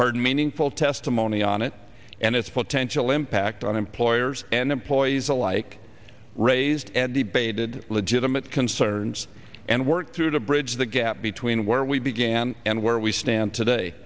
hard meaningful testimony on it and its potential impact on employers and employees alike raised and debated legitimate concerns and worked through to bridge the gap between where we began and where we stand today